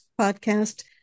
podcast